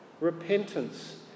Repentance